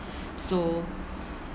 so